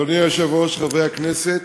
אדוני היושב-ראש, חברי הכנסת,